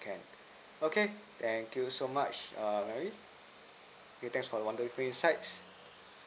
can okay thank you so much err mary okay thanks for the wonderful insight